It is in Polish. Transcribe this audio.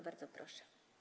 Bardzo proszę.